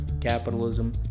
capitalism